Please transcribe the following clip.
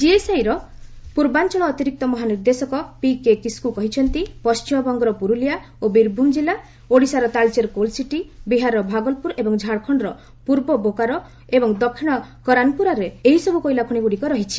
ଜିଏସ୍ଆଇର ପୂର୍ବାଞ୍ଚଳ ଅତିରିକ୍ତ ମହାନିର୍ଦ୍ଦୋକ ପିକେ କିସ୍କୁ କହିଛନ୍ତି ପଣ୍ଢିମବଙ୍ଗର ପୁରୁଲିଆ ଓ ବୀରଭୂମ୍ କିଲ୍ଲା ଓଡ଼ିଶାର ତାଳଚେର କୋଲ୍ସିଟି ବିହାରର ଭାଗଲପୁର ଏବଂ ଝାଡ଼ଖଣ୍ଡର ପୂର୍ବ ବୋକାରୋ ଏବଂ ଦକ୍ଷିଣ କରନ୍ପୁରାରେ ଏହିସବୁ କୋଇଲାଖଣିଗୁଡ଼ିକ ରହିଛି